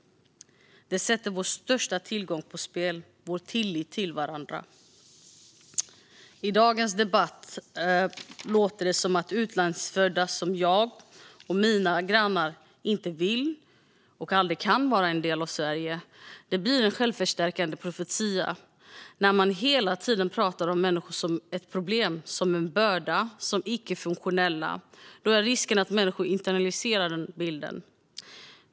Det sätter vår största tillgång på spel: vår tillit till varandra. I dagens debatt låter det som att utlandsfödda som jag och mina grannar inte vill och aldrig kan vara en del av Sverige. Det blir en självförstärkande profetia. När man hela tiden pratar om människor som ett problem, som en börda och som icke-funktionella är risken att människor internaliserar den bilden.